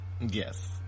Yes